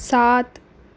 سات